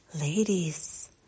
Ladies